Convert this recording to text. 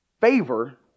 favor